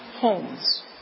homes